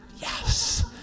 Yes